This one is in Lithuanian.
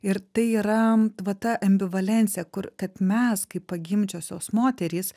ir tai yra va ta ambivalencija kur kad mes kaip pagimdžiusios moterys